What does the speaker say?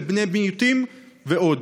לבני מיעוטים ועוד.